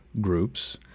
groups